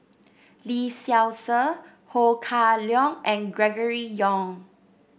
Lee Seow Ser Ho Kah Leong and Gregory Yong